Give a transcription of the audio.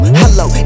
hello